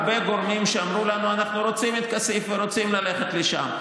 והיו הרבה גורמים שאמרו לנו: אנחנו רוצים את כסיף ורוצים ללכת לשם.